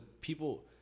people